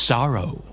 Sorrow